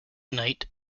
knight